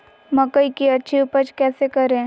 मकई की अच्छी उपज कैसे करे?